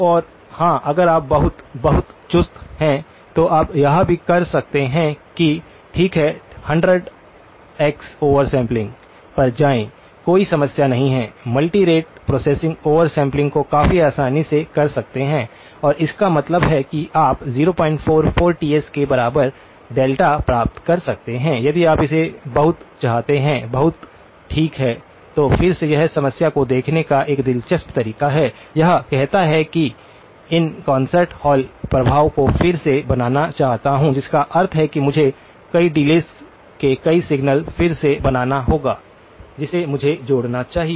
औऔर हां अगर आप बहुत बहुत चुस्त हैं तो आप यह भी कह सकते हैं कि ठीक है 100 x ओवर सैंपलिंग पर जाएं कोई समस्या नहीं है multi rate signal processing over sampling को काफी आसानी से कर सकता है और इसका मतलब है कि आप 044Ts के बराबर डेल्टा प्राप्त कर सकते हैं यदि आप इसे बहुत चाहते हैं बहुत ठीक है तो फिर से यह समस्या को देखने का एक दिलचस्प तरीका है यह कहता है कि मैं इन कॉन्सर्ट हॉल प्रभाव को फिर से बनाना चाहता हूं जिसका अर्थ है कि मुझे कई डिलेस के कई सिग्नल्स फिर से बनाना होगा जिसे मुझे जोड़ना चाहिए